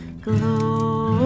glory